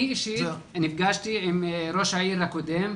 אני אישית נפגשתי עם ראש העיר הקודם,